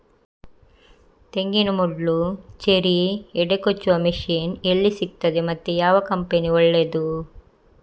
ತೆಂಗಿನ ಮೊಡ್ಲು, ಚೇರಿ, ಹೆಡೆ ಕೊಚ್ಚುವ ಮಷೀನ್ ಎಲ್ಲಿ ಸಿಕ್ತಾದೆ ಮತ್ತೆ ಯಾವ ಕಂಪನಿ ಒಳ್ಳೆದು?